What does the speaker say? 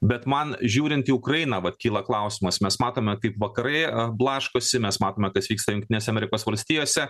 bet man žiūrint į ukrainą vat kyla klausimas mes matome kaip vakarai blaškosi mes matome kas vyksta jungtinėse amerikos valstijose